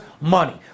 money